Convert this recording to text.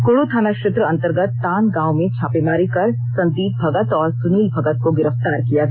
क्ड् थाना क्षेत्र अंतर्गत तान गांव में छापामारी कर संदीप भगत और सुनील भगत को गिरफ्तार किया गया